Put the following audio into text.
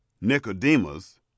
Nicodemus